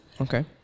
Okay